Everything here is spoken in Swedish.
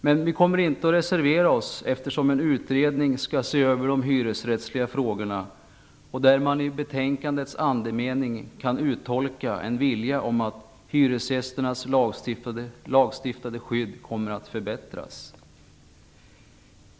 Men vi kommer inte att reservera oss, eftersom en utredning skall se över de hyresrättsliga frågorna och man i betänkandets andemening kan uttolka att hyresgästernas lagstiftade skydd kommer att förbättras.